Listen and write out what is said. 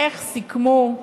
איך סיכמו.